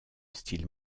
style